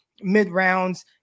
mid-rounds